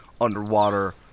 underwater